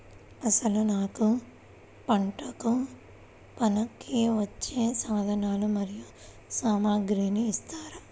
అసలు నాకు పంటకు పనికివచ్చే సాధనాలు మరియు సామగ్రిని ఇస్తారా?